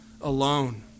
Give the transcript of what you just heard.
alone